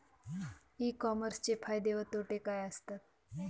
E कॉमर्सचे फायदे व तोटे काय असतात?